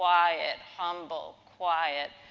quiet humble, quiet.